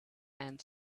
and